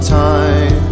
time